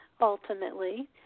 ultimately